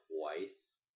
twice